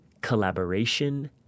collaboration